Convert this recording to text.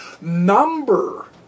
Number